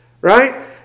right